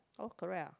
all correct what